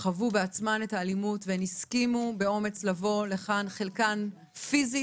את האלימות והן הסכימו באומץ להגיע לכאן חלקן אפילו פיזית.